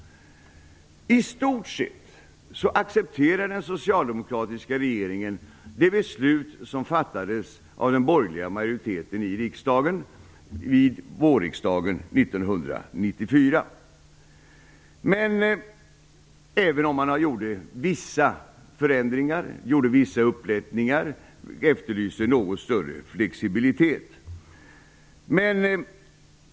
I stort sett accepterar den socialdemokratiska regeringen det beslut som fattades av den borgerliga majoriteten vid vårriksdagen 1994, även om man gör vissa förändringar och efterlyser något större flexibilitet.